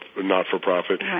not-for-profit